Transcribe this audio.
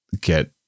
get